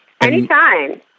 Anytime